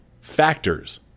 factors